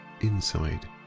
inside